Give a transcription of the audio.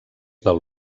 del